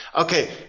okay